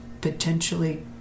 potentially